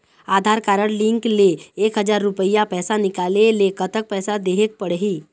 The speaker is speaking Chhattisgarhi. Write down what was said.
आधार कारड लिंक ले एक हजार रुपया पैसा निकाले ले कतक पैसा देहेक पड़ही?